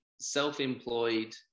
self-employed